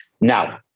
Now